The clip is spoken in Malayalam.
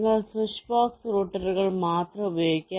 നിങ്ങൾ സ്വിച്ച് ബോക്സ് റൂട്ടറുകൾ മാത്രം ഉപയോഗിക്കുക